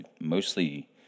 mostly